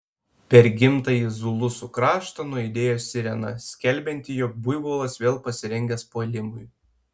per gimtąjį zulusų kraštą nuaidėjo sirena skelbianti jog buivolas vėl pasirengęs puolimui